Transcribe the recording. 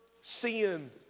sin